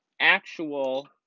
actual